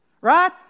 Right